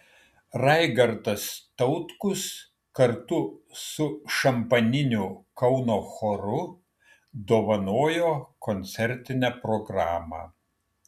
raigardas tautkus kartu su šampaniniu kauno choru dovanojo koncertinę programą